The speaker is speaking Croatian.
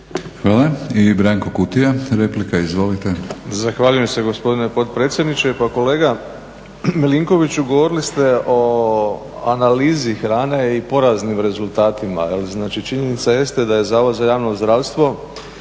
Hvala. I Branko Kutija, replika. Izvolite. **Kutija, Branko (HDZ)** Zahvaljujem se gospodine potpredsjedniče. Pa kolega Milinkoviću, govorili ste o analizi hrane i poraznim rezultatima. Znači, činjenica jeste da je Zavod za javno zdravstvo